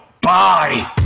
Bye